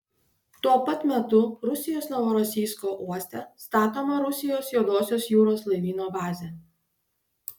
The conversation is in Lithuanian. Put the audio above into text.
tuo pat metu rusijos novorosijsko uoste statoma rusijos juodosios jūros laivyno bazė